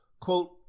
quote